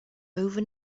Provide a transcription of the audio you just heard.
over